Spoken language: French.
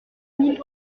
mille